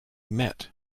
met